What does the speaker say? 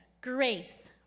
grace